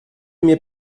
mir